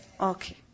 Okay